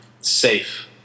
safe